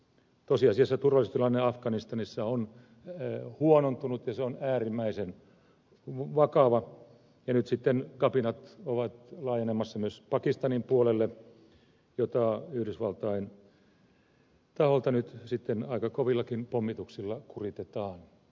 tosiasiassa turvallisuustilanne afganistanissa on huonontunut ja se on äärimmäisen vakava ja nyt sitten kapinat ovat laajenemassa myös pakistanin puolelle jota yhdysvaltain taholta nyt sitten aika kovillakin pommituksilla kuritetaan